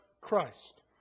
Christ